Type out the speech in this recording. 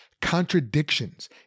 contradictions